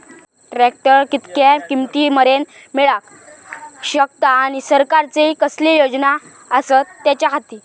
Tractor कितक्या किमती मरेन मेळाक शकता आनी सरकारचे कसले योजना आसत त्याच्याखाती?